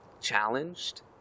challenged